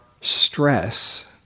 stress